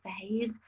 phase